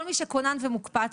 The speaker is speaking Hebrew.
מי שכונן ומוקפץ,